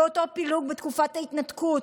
באותו פילוג בתקופת ההתנתקות.